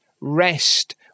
rest